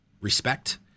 respect